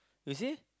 you see